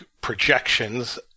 projections